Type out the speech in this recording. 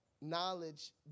knowledge